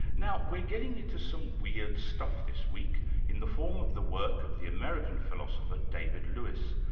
now we're getting into some weird stuff this week in the form of the work of the american philosopher, david lewis,